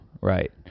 right